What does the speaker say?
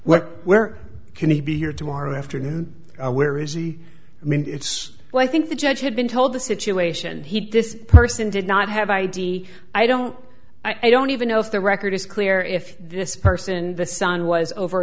what where can he be here tomorrow afternoon where is he i mean it's what i think the judge had been told the situation he this person did not have id i don't i don't even know if the record is clear if this person the son was over